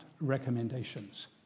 recommendations